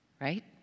right